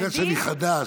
אבל בגלל שאני חדש,